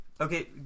Okay